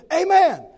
Amen